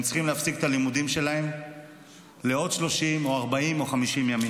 צריכים להפסיק את הלימודים שלהם לעוד 30 או 40 או 50 ימים?